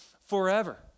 forever